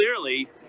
clearly